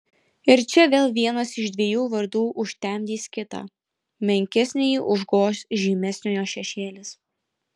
ir čia vėl vienas iš dviejų vardų užtemdys kitą menkesnįjį užgoš žymesniojo šešėlis